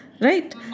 Right